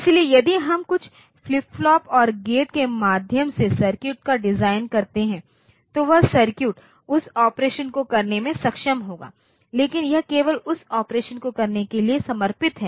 इसलिए यदि हम कुछ फ्लिप फ्लॉप और गेट के माध्यम से सर्किट को डिज़ाइन करते हैं तो वह सर्किट उस ऑपरेशन को करने में सक्षम होगा लेकिन यह केवल उस ऑपरेशन को करने के लिए समर्पित है